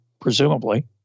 presumably